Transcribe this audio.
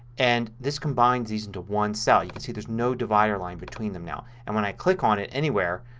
and this combines these into one cell. you can see there's no divider line between them now. and when i click on it anywhere,